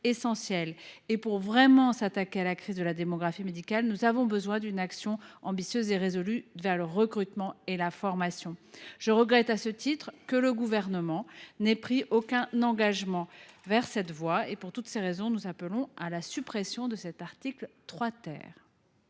Pour vraiment nous attaquer à la crise de la démographie médicale, nous avons besoin d’une action ambitieuse et résolue vers le recrutement et la formation. Je regrette, à ce titre, que le Gouvernement n’ait pris aucun engagement pour aller dans cette voie. Pour toutes ces raisons, nous appelons à la suppression de cet article 3. Quel est